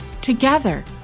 Together